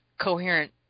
coherent